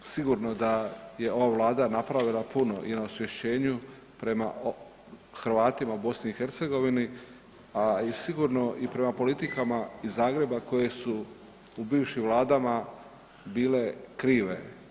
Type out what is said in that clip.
Sigurno je da je ova Vlada napravila puno i na osvješćenju prema Hrvatima u BiH, a i sigurno prema politikama iz Zagreba koje su u bivšim vladama bile krive.